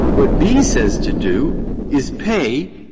what b says to do is pay